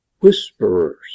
whisperers